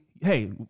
Hey